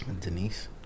Denise